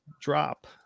drop